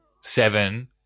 Seven